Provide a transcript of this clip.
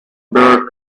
bird